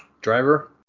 driver